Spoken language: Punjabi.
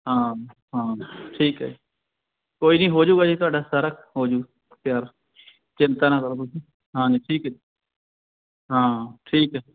ਹਾਂ ਹਾਂ ਠੀਕ ਹੈ ਕੋਈ ਨਾ ਹੋ ਜੂਗਾ ਜੀ ਤੁਹਾਡਾ ਸਾਰਾ ਹੋਜੂ ਤਿਆਰ ਚਿੰਤਾ ਨਾ ਕਰੋ ਤੁਸੀਂ ਹਾਂਜੀ ਠੀਕ ਹੈ ਜੀ ਹਾਂ ਠੀਕ ਹੈ